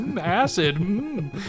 Acid